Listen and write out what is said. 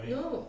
no